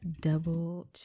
double